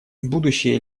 будущее